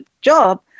job